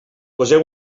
poseu